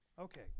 Okay